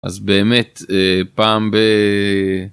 אז באמת, אה, פעם ב...